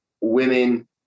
women